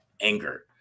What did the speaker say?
anger